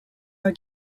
are